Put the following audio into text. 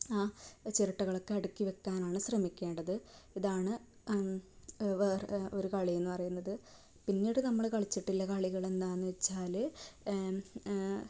ആ ചിരട്ടകളൊക്കെ അടുക്കി വയ്ക്കാനാണ് ശ്രമിക്കേണ്ടത് ഇതാണ് വേറെ ഒരു കളിയെന്ന് പറയുന്നത് പിന്നീട് നമ്മൾ കളിച്ചിട്ടുള്ള കളികൾ എന്താണെന്ന് വെച്ചാൽ